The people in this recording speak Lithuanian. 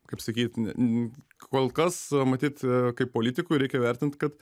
kaip sakyt n kolkas matyt kaip politikui reikia vertint kad